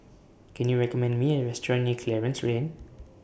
Can YOU recommend Me A Restaurant near Clarence Lane